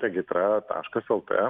regitra taškas lt